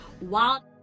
wild